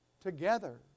together